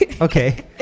Okay